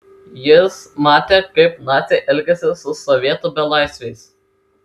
jis matė kaip naciai elgiasi su sovietų belaisviais